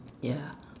ya